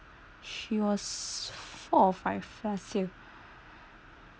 she was four or five last year